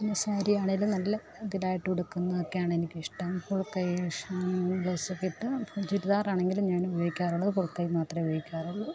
പിന്നെ സാരിയാണെങ്കിലും നല്ല ഇതിലായിട്ടുടുക്കുന്നതൊക്കെയാണെനിക്കിഷ്ടം ഫുൾ കൈ ഷാളും ബ്ലൗസുമൊക്കെ ഇട്ട് ഇപ്പം ചുരിദാറാണെങ്കിലും ഞാൻ ഉപയോഗിക്കാറുള്ളത് ഫുൾ കൈ മാത്രമേ ഉപയോഗിക്കാറുളളൂ